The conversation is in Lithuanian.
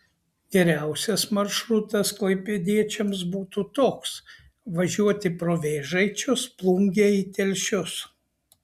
geriausias maršrutas klaipėdiečiams būtų toks važiuoti pro vėžaičius plungę į telšius